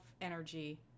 energy